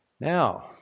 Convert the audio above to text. Now